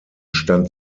stand